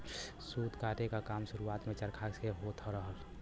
सूत काते क काम शुरुआत में चरखा से होत रहल